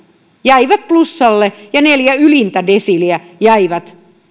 jäivät plussalle ja neljä ylintä desiiliä jäivät